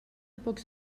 pocs